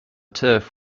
turf